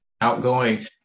outgoing